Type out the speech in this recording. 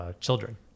children